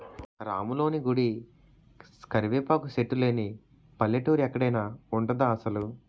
రాములోని గుడి, కరివేపాకు సెట్టు లేని పల్లెటూరు ఎక్కడైన ఉంటదా అసలు?